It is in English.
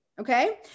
Okay